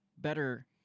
Better